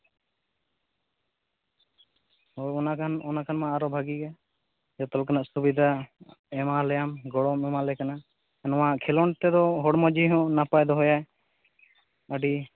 ᱦᱚᱸ ᱚᱱᱟ ᱨᱮᱱ ᱚᱱᱟ ᱠᱷᱟᱱ ᱢᱟ ᱟᱨᱚ ᱵᱷᱟᱜᱮ ᱜᱮ ᱡᱚᱛᱚ ᱞᱮᱠᱟᱱᱟᱜ ᱥᱩᱵᱤᱫᱟ ᱮᱢᱟᱭᱟᱞᱮᱭᱟᱢ ᱜᱚᱲᱚᱢ ᱮᱢᱟᱞᱮ ᱠᱟᱱᱟ ᱱᱚᱣᱟ ᱠᱷᱮᱞᱳᱸᱰ ᱛᱮᱫᱚ ᱦᱚᱲᱢᱚ ᱡᱤᱣᱤ ᱦᱚᱸ ᱱᱟᱯᱟᱭ ᱫᱚᱦᱚᱭᱟᱭ ᱟᱹᱰᱤ